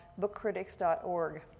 bookcritics.org